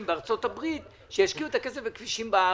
בארצות הברית הם ישקיעו את הכסף בכבישים בארץ.